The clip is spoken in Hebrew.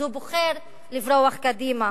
אז הוא בוחר לברוח קדימה.